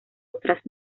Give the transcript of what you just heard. otras